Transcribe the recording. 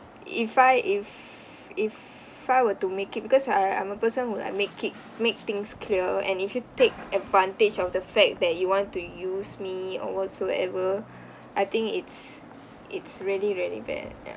if I if if I were to make it because I I'm a person who like make it make things clear and if you take advantage of the fact that you want to use me or whatsoever I think it's it's really really bad ya